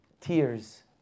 tears